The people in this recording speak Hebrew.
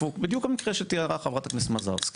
בדיוק המקרה שתיארה חברת הכנסת מזרסקי.